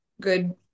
good